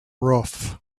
roof